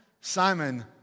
Simon